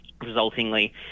resultingly